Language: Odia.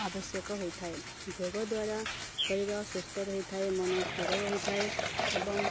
ଆବଶ୍ୟକ ହୋଇଥାଏ ଯୋଗ ଦ୍ୱାରା ଶରୀର ସୁସ୍ଥ ରହିଥାଏ ମନ ସ୍ଥିର ରହିଥାଏ ଏବଂ